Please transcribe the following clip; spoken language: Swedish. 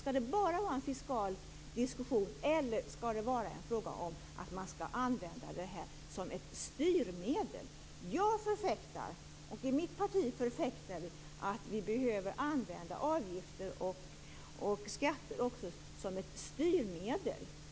Skall det bara vara en fiskal diskussion, eller skall det vara en fråga om att använda det som ett styrmedel? Jag och mitt parti förfäktar att vi behöver använda avgifter och skatter som ett styrmedel.